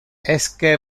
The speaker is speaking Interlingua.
esque